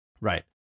right